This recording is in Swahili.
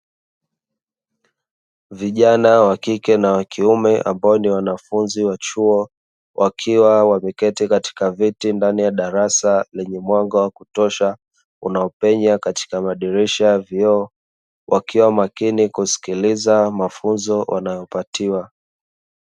Vijana wa kike na wa kiume ambao ni wanafunzi wa chuo, wakiwa wameketi katika viti ndani ya darasa lenye mwanga wa kutosha unaopenya katika madirisha ya vioo, wakiwa makini kusikiliza mafunzo wanayopatiwa.